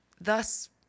Thus